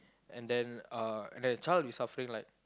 and then uh and then the child would be suffering like